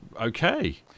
Okay